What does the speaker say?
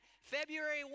February